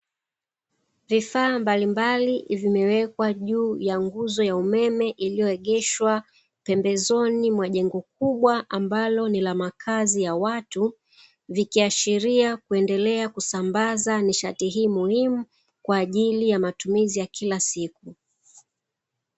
Vifaaa mbalimbali vimewekwa juu ya nguzo ya umeme iliyoegeshwa pembezoni mwa jengo kubwa ambalo ni la makazi ya watu, vikiashiria kuendelea kusambaza nishati hii muhimu, kwa ajili ya matumizi ya kila siku.